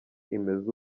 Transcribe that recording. imeze